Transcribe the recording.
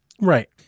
Right